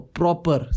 proper